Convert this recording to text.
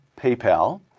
PayPal